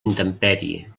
intempèrie